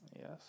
Yes